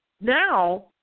now